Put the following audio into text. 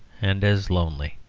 and as lonely.